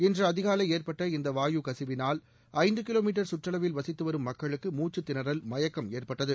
இன்று அதிகாலை ஏற்பட்ட இந்த வாயு கசிவினால் ஐந்து கிலோ மீட்டர் சுற்றளவில் வசித்துவரும் மக்களுக்கு மூச்சுத்திணறல் மயக்கம் ஏற்பட்டது